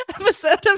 episode